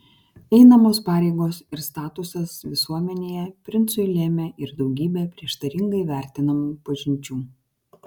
einamos pareigos ir statusas visuomenėje princui lėmė ir daugybę prieštaringai vertinamų pažinčių